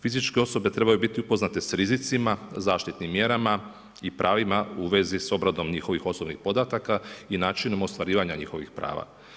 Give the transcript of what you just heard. Fizičke osobe trebaju biti upoznate s rizicima, zaštitnim mjerama i pravima u vezi s obradom njihovih osobnih podataka i načinom ostvarivanja njihovih prava.